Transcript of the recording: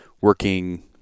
working